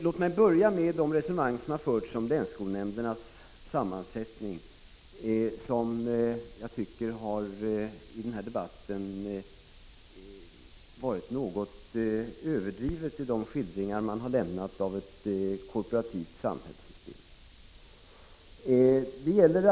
Låt mig börja med de resonemang som har förts om länsskolnämndernas sammansättning, eftersom jag tycker att de skildringar av ett korporativt samhällssystem som förekommit i denna debatt har varit något överdrivna.